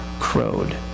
Crowed